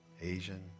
Asian